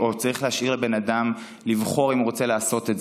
או שצריך להשאיר לבן אדם לבחור אם הוא רוצה לעשות את זה.